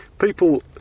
People